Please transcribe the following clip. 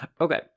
okay